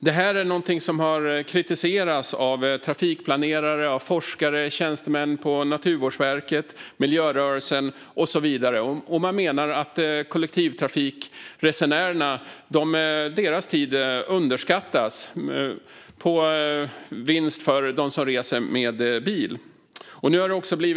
Detta har kritiserats av trafikplanerare, forskare, tjänstemän på Naturvårdsverket, miljörörelsen och så vidare. Man menar att kollektivtrafikresenärernas tid underskattas till förmån för dem som reser med bil.